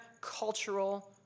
cultural